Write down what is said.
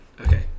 okay